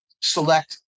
select